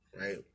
right